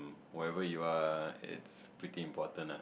whenever you are it's pretty important ah